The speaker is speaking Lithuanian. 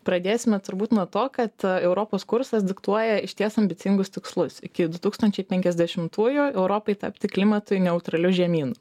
pradėsime turbūt nuo to kad europos kursas diktuoja išties ambicingus tikslus iki du tūkstančiai penkiasdešimtųjų europai tapti klimatui neutraliu žemyn